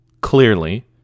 clearly